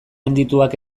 handituak